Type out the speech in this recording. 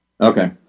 Okay